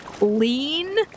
lean